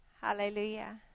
Hallelujah